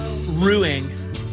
ruining